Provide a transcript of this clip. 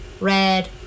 red